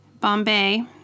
Bombay